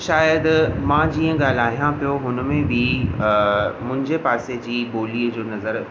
शायदि मां जीअं ॻाल्हायां पियो हुनमें बि मुंहिंजे पासे जी ॿोलीअ जो नज़र